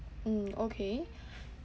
mm okay